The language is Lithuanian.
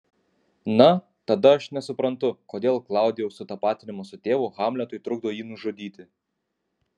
na tada aš nesuprantu kodėl klaudijaus sutapatinimas su tėvu hamletui trukdo jį nužudyti